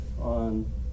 on